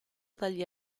dagli